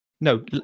No